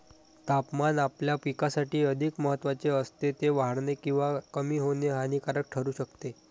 तापमान आपल्या पिकासाठी अधिक महत्त्वाचे असते, ते वाढणे किंवा कमी होणे हानिकारक ठरू शकते